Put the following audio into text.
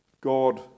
God